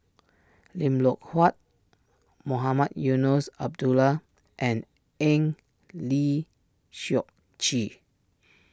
Lim Loh Huat Mohamed Eunos Abdullah and Eng Lee Seok Chee